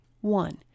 One